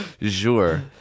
Sure